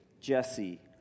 Jesse